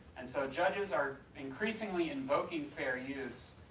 and so judges are increasingly evoking fair use,